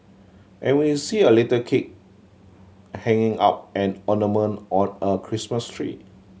and we see a little kid hanging up an ornament on a Christmas tree